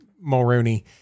Mulrooney